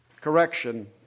correction